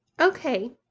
Okay